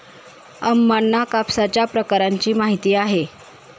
अम्मांना कापसाच्या प्रकारांची माहिती आहे